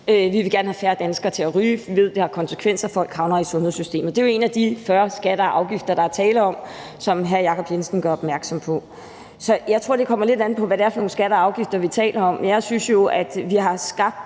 Vi vil gerne have færre danskere til at ryge. Vi ved, det har konsekvenser; folk havner i sundhedssystemet. Det er jo en af de 40 skatter og afgifter, der er tale om, som hr. Jacob Jensen gør opmærksom på. Så jeg tror, det kommer lidt an på, hvad det er for nogle skatter og afgifter, vi taler om. Men jeg synes jo, at vi har øget